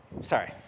Sorry